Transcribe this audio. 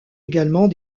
également